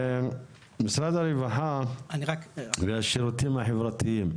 משרד הרווחה והשירותים החברתיים.